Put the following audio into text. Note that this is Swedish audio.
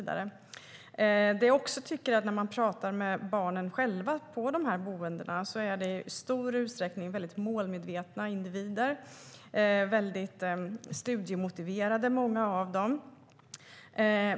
De barn jag har pratat med på boendena är i stor utsträckning målmedvetna individer, och många av dem är mycket studiemotiverade.